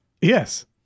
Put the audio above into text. Yes